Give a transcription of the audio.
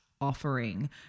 offering